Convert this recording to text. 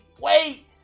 wait